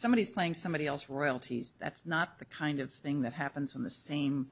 somebody is playing somebody else royalties that's not the kind of thing that happens in the same